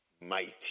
mighty